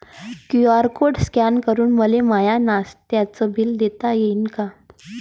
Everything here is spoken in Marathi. क्यू.आर कोड स्कॅन करून मले माय नास्त्याच बिल देता येईन का?